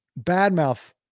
badmouth